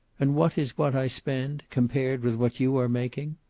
and what is what i spend, compared with what you are making?